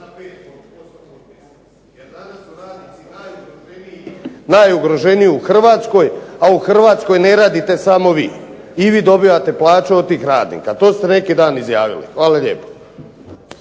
ne razumije./… Najugroženiji u Hrvatskoj, a u Hrvatskoj ne radite samo vi. I vi dobivate plaću od tih radnika, to ste neki dan izjavili. Hvala lijepo.